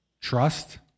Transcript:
Trust